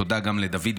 תודה גם לדוד ביטן,